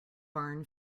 barn